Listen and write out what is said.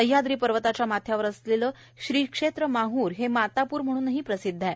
सहयाद्री पर्वताच्या माथ्यावर वसलेले श्रीक्षेत्र माहर हे माताप्र म्हणूनही प्रसिद्ध आहे